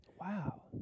Wow